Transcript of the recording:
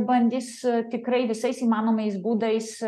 bandys tikrai visais įmanomais būdais